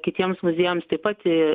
kitiems muziejams taip pat